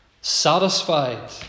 satisfied